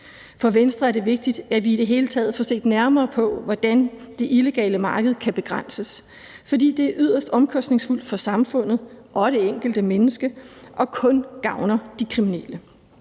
For Venstre er det vigtigt, at vi i det hele taget får set nærmere på, hvordan det illegale marked kan begrænses, for det er yderst omkostningsfyldt for samfundet og det enkelte menneske, og det gavner kun de kriminelle.